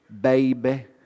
Baby